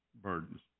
Burdens